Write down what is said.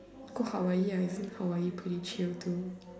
go Hawaii ah Hawaii isn't Hawaii pretty chill too